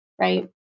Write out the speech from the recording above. right